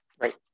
Right